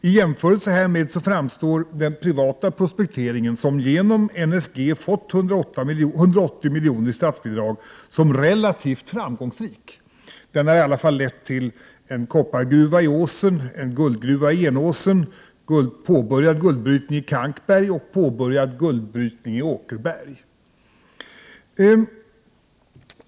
I jämförelse härmed framstår den privata prospekteringen, som genom NSG har fått 180 milj.kr. i statsbidrag, som relativt framgångsrik. Den har lett till en koppargruva i Åsen, en guldgruva i Enåsen, påbörjad guldbrytning i Kankberg och påbörjad guldbrytning i Åkerberg.